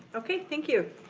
okay, thank you.